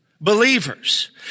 believers